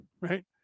right